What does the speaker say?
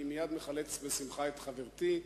אני מייד מחלץ בשמחה את חברתי.